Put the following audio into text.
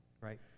right